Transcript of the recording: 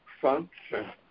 function